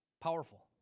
powerful